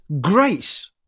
grace